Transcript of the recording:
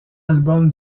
album